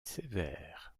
sévère